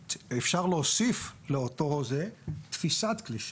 אפשר להוסיף על מה שנאמר שהבעיה המרכזית היא תפיסת כלי שיט.